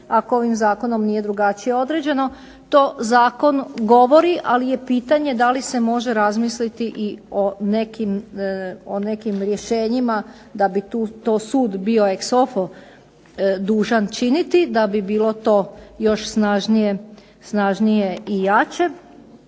Ako ovim zakonom nije drugačije određeno, to zakon govori, ali je pitanje da li se može razmisliti i o nekim rješenjima da bi tu, to sud bio …/Ne razumije se./… dužan činiti da bi bilo to još snažnije i jače.